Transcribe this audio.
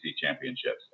championships